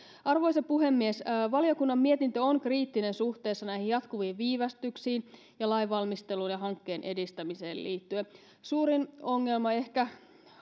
arvoisa puhemies valiokunnan mietintö on kriittinen suhteessa näihin jatkuviin viivästyksiin ja lainvalmisteluun ja hankkeen edistämiseen liittyen suurin ongelma ehkä